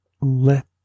let